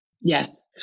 Yes